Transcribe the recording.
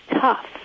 tough